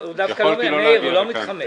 מאיר, הוא לא מתחמק.